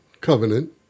Covenant